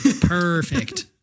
Perfect